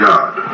God